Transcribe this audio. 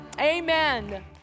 amen